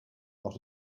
not